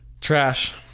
trash